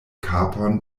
kapon